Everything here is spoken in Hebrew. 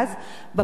בפריפריה,